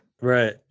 Right